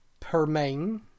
Permain